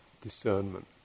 discernment